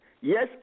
Yes